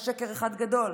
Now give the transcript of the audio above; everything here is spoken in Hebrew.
הוא שקר אחד גדול,